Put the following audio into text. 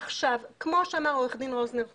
עכשיו, כמו שאמר עורך דין רוזנר קודם,